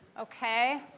Okay